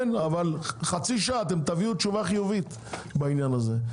כן, אבל תביאו תשובה חיובית בעניין הזה.